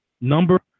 number